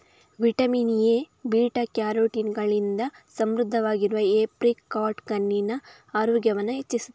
vitamin A, beta carotene ಗಳಿಂದ ಸಮೃದ್ಧವಾಗಿರುವ apricot ಕಣ್ಣಿನ ಆರೋಗ್ಯವನ್ನ ಹೆಚ್ಚಿಸ್ತದೆ